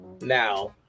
now